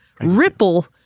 Ripple